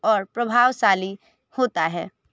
और प्रभावशाली होता है